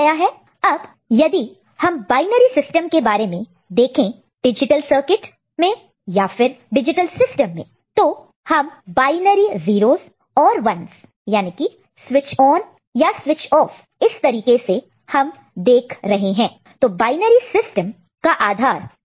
अब यदि हम बायनरी सिस्टम के बारे में देखें डिजिटल सर्किट में या फिर डिजिटल सिस्टम में तो हम बायनरी 0s और 1s याने की स्विच ऑन या स्विच ऑफ इस तरीके से हम देख रहे हैं तो बायनरी सिस्टम का आधार 2 है